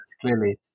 clearly